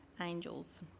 angels